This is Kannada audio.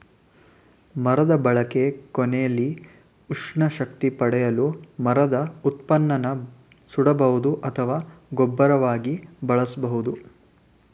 ಮರದ ಬಳಕೆ ಕೊನೆಲಿ ಉಷ್ಣ ಶಕ್ತಿ ಪಡೆಯಲು ಮರದ ಉತ್ಪನ್ನನ ಸುಡಬಹುದು ಅಥವಾ ಗೊಬ್ಬರವಾಗಿ ಬಳಸ್ಬೋದು